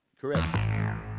correct